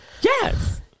yes